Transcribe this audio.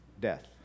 death